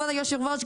כבוד היושב-ראש,